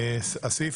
ב.